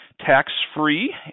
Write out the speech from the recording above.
tax-free